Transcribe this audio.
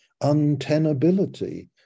untenability